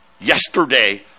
yesterday